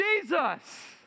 Jesus